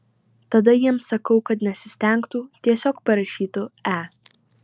tada jiems sakau kad nesistengtų tiesiog parašytų e